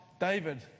David